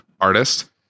Artist